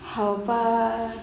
好吧